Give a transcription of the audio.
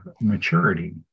maturity